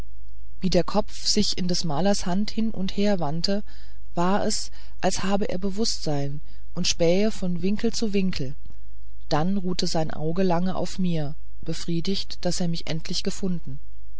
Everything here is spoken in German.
wie der kopf sich in des malers hand hin und her wandte war es als habe er bewußtsein und spähe von winkel zu winkel dann ruhten seine augen lange auf mir befriedigt daß sie mich endlich gefunden